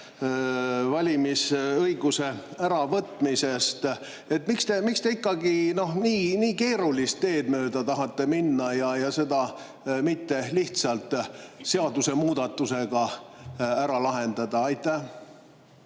valimisõiguse äravõtmisest. Miks te ikkagi nii keerulist teed mööda tahate minna, mitte seda lihtsalt seadusemuudatusega ära lahendada? Aitäh!